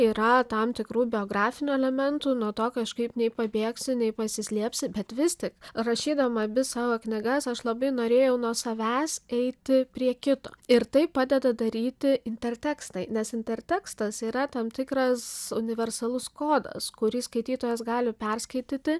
yra tam tikrų biografinių elementų nuo to kažkaip nei pabėgsi nei pasislėpsi bet vis tik rašydama abi savo knygas aš labai norėjau nuo savęs eiti prie kito ir tai padeda daryti intertekstai nes intertekstas yra tam tikras universalus kodas kurį skaitytojas gali perskaityti